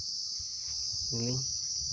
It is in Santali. ᱜᱮᱧ